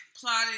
plotting